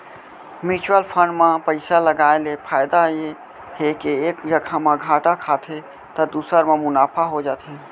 mutual fund म पइसा लगाय ले फायदा ये हे के एक जघा म घाटा खाथे त दूसर म मुनाफा हो जाथे